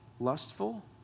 lustful